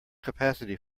capacity